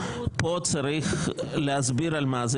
פה צריך להסביר על מה זה.